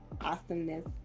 awesomeness